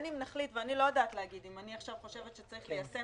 אני לא יודעת להגיד אם אני עכשיו חושבת שצריך ליישם